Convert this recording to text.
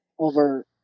over